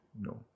No